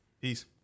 Peace